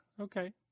Okay